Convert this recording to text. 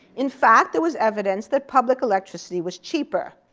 in fact, there was evidence that public electricity was cheaper,